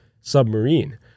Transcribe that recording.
submarine